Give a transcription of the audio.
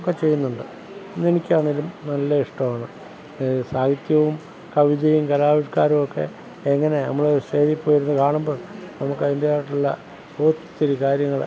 ഒക്കെ ചെയ്യുന്നുണ്ട് എനിക്കാണെങ്കിലും നല്ല ഇഷ്ടമാണ് സാഹിത്യവും കവിതയും കലാവിഷ്കാരം ഒക്കെ എങ്ങനെയാണ് നമ്മൾ സ്റ്റേജിൽ പോയി ഇരുന്ന് കാണുമ്പോൾ നമുക്ക് അതിൻറേതായിട്ടുള്ള ഒത്തിരി കാര്യങ്ങൾ